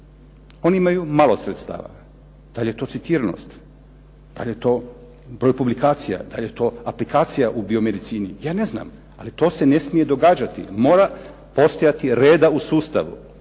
oni imaju malo sredstava. Dal' je to citiranost, dal' je to broj publikacija, dal' je to aplikacija u biomedicini ja ne znam, ali to se ne smije događati. Mora postojati reda u sustavu.